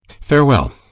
Farewell